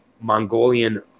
Mongolian